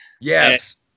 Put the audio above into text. yes